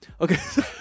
Okay